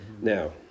Now